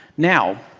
now